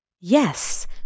Yes